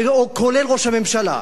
כולל ראש הממשלה: